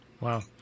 Wow